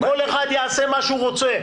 כל אחד יעשה מה שהוא רוצה,